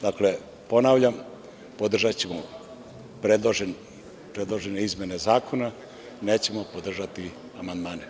Dakle, ponavljam, podržaćemo predložene izmene amandmana a nećemo podržati amandmane.